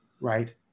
right